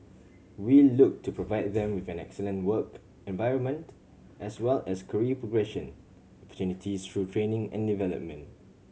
we look to provide them with an excellent work environment as well as career progression opportunities through training and development